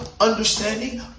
understanding